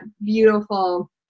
beautiful